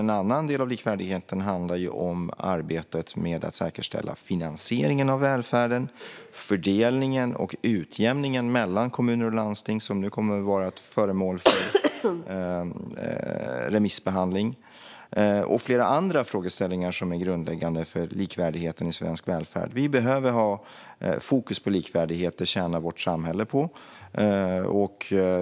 En annan del av likvärdigheten handlar om arbetet med att säkerställa finansieringen av välfärden, fördelningen och utjämningen mellan kommuner och landsting, som nu kommer att bli föremål för remissbehandling, och flera andra frågeställningar som är grundläggande för likvärdigheten i svensk välfärd. Vi behöver ha fokus på likvärdigheten - det tjänar vårt samhälle på.